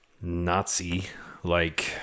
Nazi-like